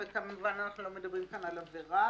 וכמובן אנחנו לא מדברים כאן על עבירה.